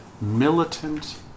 militant